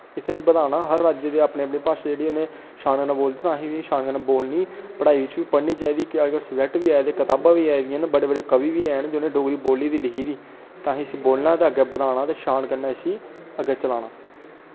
इसी असें बधाना हर राज्य दी अपनी अपनी भाशा जेह्ड़ी ऐ शान कन्नै बोलदे ते असें बी शान कन्नै बोलनी पढ़ाई च बी पढ़नी चाहिदी की जे अजकल सब्जैक्ट बी आए दे कताबां बी आई दियां न बड़े बड़े कवि बी हैन जि'नें डोगरी बोल्ली दी लिखी दी ते असें इसी बोलना ते अग्गें बधाना ते शान कन्नै इसी अग्गें चलाना